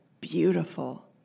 beautiful